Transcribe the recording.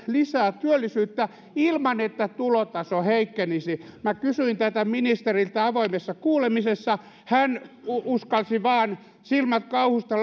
lisää työllisyyttä ilman että tulotaso heikkenisi minä kysyin tätä ministeriltä avoimessa kuulemisessa hän uskalsi vain silmät kauhusta